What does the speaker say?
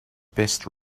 best